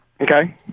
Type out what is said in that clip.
Okay